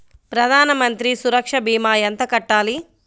ప్రధాన మంత్రి సురక్ష భీమా ఎంత కట్టాలి?